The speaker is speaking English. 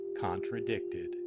contradicted